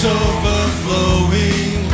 overflowing